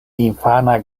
infana